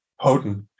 potent